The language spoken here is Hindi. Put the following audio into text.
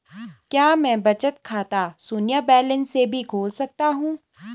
क्या मैं बचत खाता शून्य बैलेंस से भी खोल सकता हूँ?